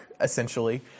essentially